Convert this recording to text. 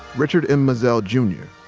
richard m. mizelle jr,